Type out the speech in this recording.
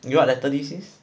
you know what letter is this